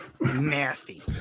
nasty